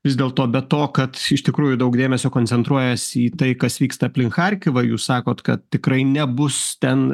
vis dėl to be to kad iš tikrųjų daug dėmesio koncentruojasi į tai kas vyksta aplink charkivą jūs sakot kad tikrai nebus ten